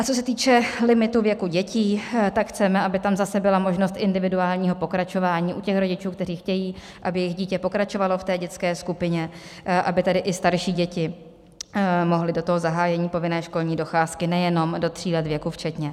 A co se týče limitu věku dětí, tak chceme, aby tam zase byla možnost individuálního pokračování u těch rodičů, kteří chtějí, aby jejich dítě pokračovalo v té dětské skupině, aby tedy i starší děti mohly do toho zahájení povinné školní docházky, nejenom do tří let věku včetně.